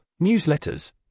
newsletters